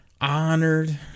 honored